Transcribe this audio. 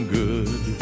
good